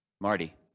Marty